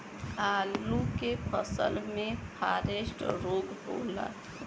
आलू के फसल मे फारेस्ट रोग होला?